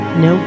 no